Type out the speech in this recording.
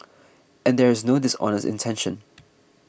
and there is no dishonest intention